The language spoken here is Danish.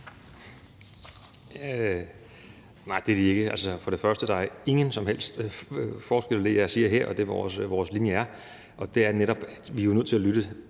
Nej, det er de ikke. For det første er der ingen som helst forskel på det, jeg siger her, og det, der er vores linje, og den er netop, at vi er